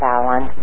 Alan